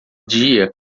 dia